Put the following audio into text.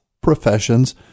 professions